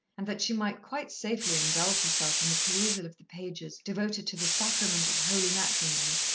and that she might quite safely indulge herself in the perusal of the pages devoted to the sacrament of holy matrimony,